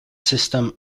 system